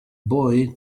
boy